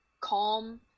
calm